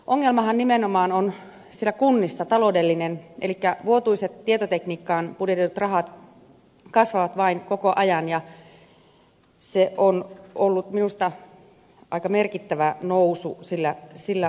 ongelmahan nimenomaan on siellä kunnissa taloudellinen elikkä vuotuiset tietotekniikkaan budjetoidut rahat kasvavat vain koko ajan ja on ollut minusta aika merkittävä nousu sillä saralla